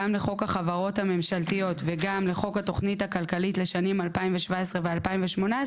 גם לחוק החברות הממשלתיות וגן לחוק התוכנית הכלכלית לשנים 2017 ו-2018,